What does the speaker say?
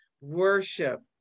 worship